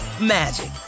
magic